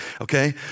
Okay